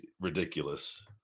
ridiculous